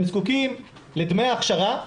הם זקוקים לדמי הכשרה מלאים,